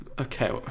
Okay